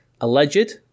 alleged